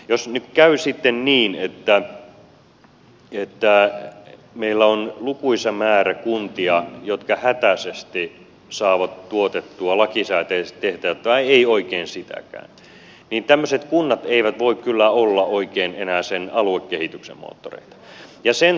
jos käy sitten niin että meillä on lukuisa määrä kuntia jotka hätäisesti saavat tuotettua lakisääteiset tehtävät tai eivät oikein niitäkään niin tämmöiset kunnat eivät voi kyllä enää olla oikein sen aluekehityksen moottoreita